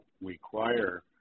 require